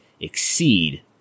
exceed